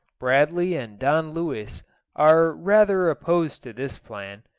bradley and don luis are rather opposed to this plan,